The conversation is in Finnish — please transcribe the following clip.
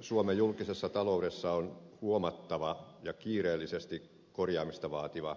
suomen julkisessa taloudessa on huomattava ja kiireellisesti korjaamista vaativa kestävyysvaje